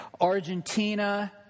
Argentina